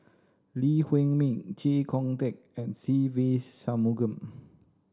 Lee Huei Min Chee Kong Tet and Se Ve Shanmugam